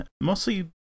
mostly